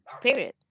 period